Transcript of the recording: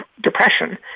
depression